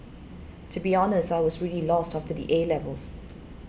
to be honest I was really lost after the A levels